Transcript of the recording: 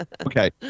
Okay